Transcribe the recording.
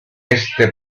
este